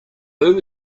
who